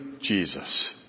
Jesus